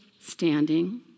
standing